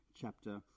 chapter